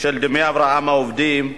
של דמי הבראה מהעובדים,